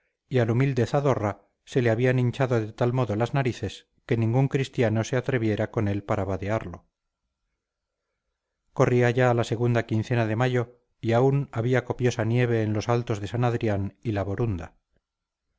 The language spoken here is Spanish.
y al humilde zadorra se le habían hinchado de tal modo las narices que ningún cristiano se atreviera con él para vadearlo corría ya la segunda quincena de mayo y aún había copiosa nieve en los altos de san adrián y la borunda